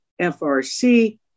FRC